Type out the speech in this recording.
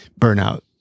burnout